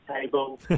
table